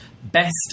best